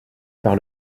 par